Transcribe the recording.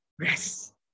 rest